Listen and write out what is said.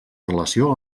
relació